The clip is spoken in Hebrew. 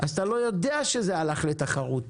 אז אתה לא יודע שזה הלך לתחרות,